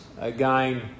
again